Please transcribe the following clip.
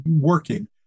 working